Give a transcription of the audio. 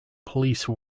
police